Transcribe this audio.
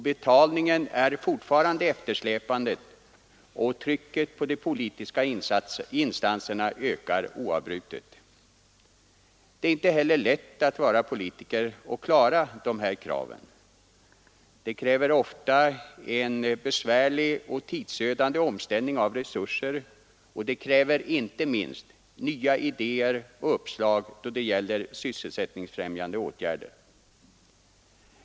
Betalningen är fortfarande eftersläpande, och trycket på de politiska instanserna ökar oavbrutet. Det är inte heller lätt att vara politiker och klara dessa krav. Det förutsätter ofta en besvärlig och tidsödande omställning av resurser och inte minst nya idéer och uppslag då det gäller sysselsättningsfrämjande åtgärder.